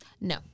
No